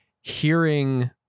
hearing